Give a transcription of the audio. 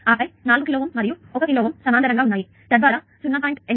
ఆపై 4 కిలో Ω మరియు 1 కిలో Ω సమాంతరంగా ఉన్నాయి మరియు తద్వారా 0